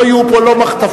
לא יהיו פה מחטפים.